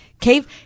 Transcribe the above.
Cave